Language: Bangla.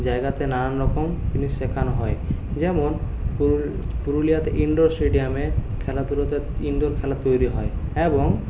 জায়গাতে নানান রকম জিনিস শেখানো হয় যেমন পুরুলিয়াতে ইনডোর স্টেডিয়ামে খেলাধুলোতে ইনডোর খেলা তৈরি হয় এবং